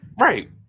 Right